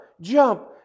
jump